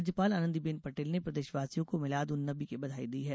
राज्यपाल आनंदीबेन पटेल ने प्रदेशवासियों को मिलाद उन नबी की बधाई दी है